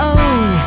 own